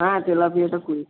হ্যাঁ তেলাপিয়াটা করে দিন